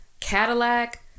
Cadillac